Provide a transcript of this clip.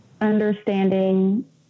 understanding